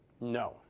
No